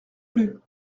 plus